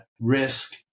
risk